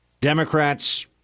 Democrats